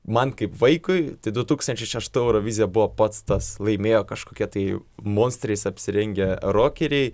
man kaip vaikui tai du tūkstančiai šeštų eurovizija buvo pats tas laimėjo kažkokie tai monstrais apsirengę rokeriai